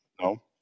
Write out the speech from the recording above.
No